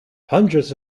hundreds